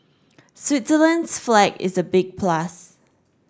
Switzerland's flag is a big plus